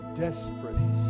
desperate